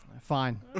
Fine